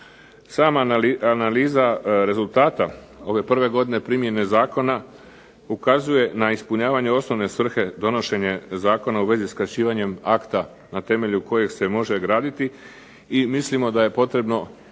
Sama analiza rezultata ove prve godine primjene zakona ukazuje na ispunjavanje osnovne svrhe donošenje zakona u vezi skraćivanjem akta na temelju kojeg se može graditi i mislimo da je potrebno i dalje